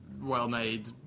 well-made